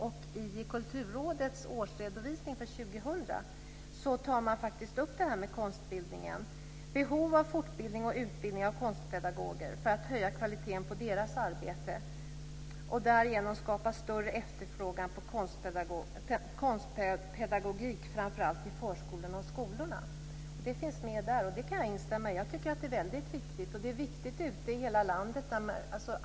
I Kulturrådets årsredovisning för 2000 tar man upp frågan om konstbildning. Det finns behov av fortbildning och utbildning av konstpedagoger för att höja kvaliteten på deras arbete och därigenom skapa större efterfrågan på konstpedagogik framför allt i förskolan och skolan. Det finns med där. Jag kan instämma i att det är väldigt viktigt. Det är viktigt i hela landet.